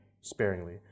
sparingly